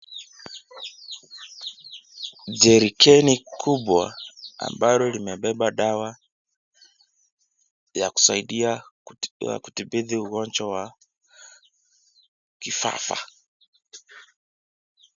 Jerikeni kubwa ambalo limebeba dawa ya kusaidia kudhibiti uwanja wa kifafa.